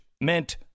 meant